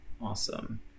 Awesome